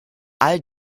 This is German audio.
all